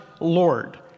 Lord